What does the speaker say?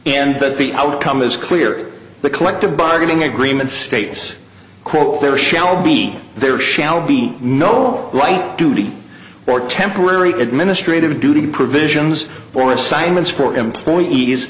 and that the outcome is clear the collective bargaining agreement status quo there shall be there shall be no right duty or temporary administrative duty provisions or assignments for employee